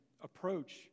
approach